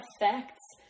effects